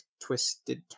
twisted